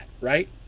right